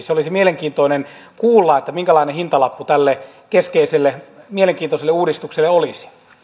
se olisi mielenkiintoista kuulla että minkälainen hintalappu tälle keskeiselle mielenkiintoiselle uudistukselle olisi